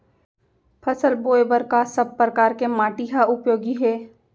फसल बोए बर का सब परकार के माटी हा उपयोगी हे?